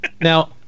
Now